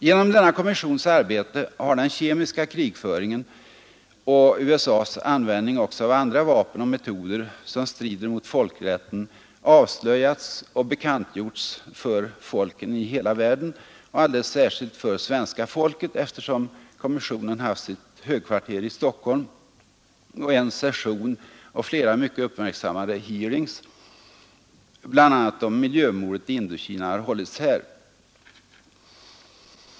Genom denna kommissions arbete har den kemiska krigföringen och USA:s användande också av andra vapen och metoder som strider mot folkrätten avslöjats och bekantgjorts för folken i hela världen och alldeles särskilt för svenska folket, eftersom kommissionen haft sitt högkvarter i Stockholm, och dess första session och flera mycket uppmärksammade ”hearings”, bl.a. om miljömordet i Indokina, har hållits här.